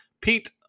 Pete